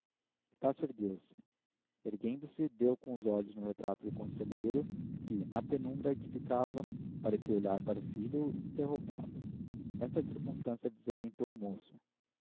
remorso estácio ergueu-se erguendo-se deu com os olhos no retrato do conselheiro que na penumbra em que ficava parecia olhar para o filho e interrogá-lo esta circunstância desorientou o moço